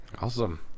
awesome